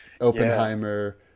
Oppenheimer